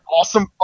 awesome